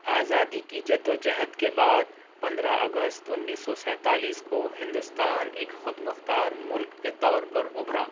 آزادی کی جد وجہد کے بعد پندرہ اگست انیس سو سینتالیس کو ہندوستان ایک خود مختار ملک کے طور پر ابھرا